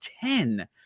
ten